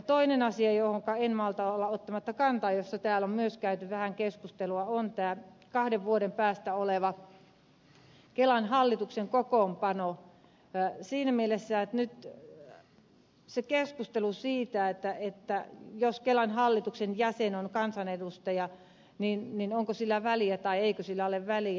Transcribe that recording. toinen asia johonka en malta olla ottamatta kantaa josta täällä on myös käyty vähän keskustelua on tämä kahden vuoden päästä oleva kelan hallituksen kokoonpano siinä mielessä että on keskusteltu siitä että jos kelan hallituksen jäsen on kansanedustaja niin onko sillä väliä tai eikö sillä ole väliä